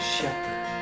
shepherd